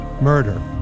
Murder